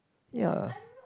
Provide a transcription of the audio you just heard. ya